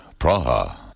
Praha